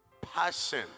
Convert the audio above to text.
passion